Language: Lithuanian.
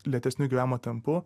lėtesniu gyvenimo tempu